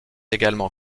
également